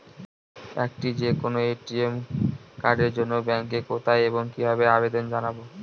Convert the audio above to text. একটি যে কোনো এ.টি.এম কার্ডের জন্য ব্যাংকে কোথায় এবং কিভাবে আবেদন জানাব?